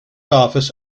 office